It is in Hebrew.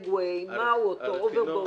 מהו אותו הוברבורד?